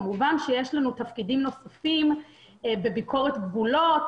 כמובן שיש לנו תפקידים נוספים בביקורת גבולות